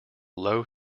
low